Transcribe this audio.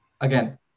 Again